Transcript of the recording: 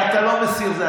אתה לא מסיר את זה.